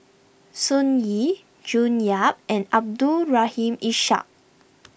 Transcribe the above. Sun Yee June Yap and Abdul Rahim Ishak